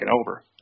over